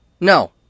No